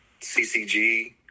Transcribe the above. CCG